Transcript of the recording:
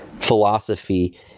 philosophy